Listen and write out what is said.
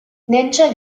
ninja